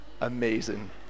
Amazing